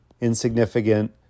insignificant